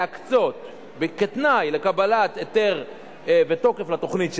כתנאי לקבלת היתר ותוקף לתוכנית שלו,